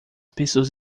pessoas